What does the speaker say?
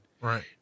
Right